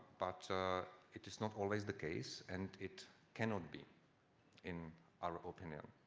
but it is not always the case. and it cannot be in our opinion.